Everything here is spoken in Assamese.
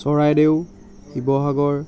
চৰাইদেউ শিৱসাগৰ